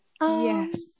Yes